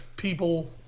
People